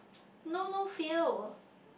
know no fear